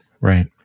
Right